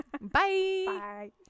bye